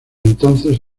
entonces